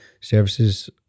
services